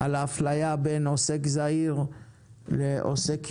על ההפליה בין עוסק זעיר לעוסק יומי,